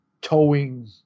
towing